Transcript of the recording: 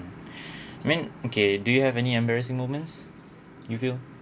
I mean okay do you have any embarrassing moments you feel